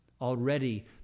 Already